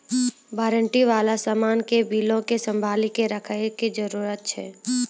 warranty बाला समान के बिलो के संभाली के रखै के जरूरत छै